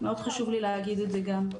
מאוד חשוב לי להגיד את זה גם.